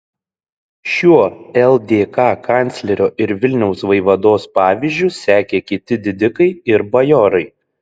šiuo ldk kanclerio ir vilniaus vaivados pavyzdžiu sekė kiti didikai ir bajorai